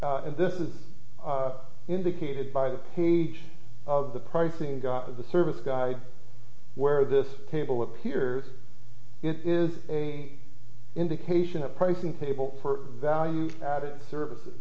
and this is indicated by the page of the pricing of the service guide where this table appear it is a indication of pricing table for value added services